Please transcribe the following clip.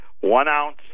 one-ounce